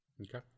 Okay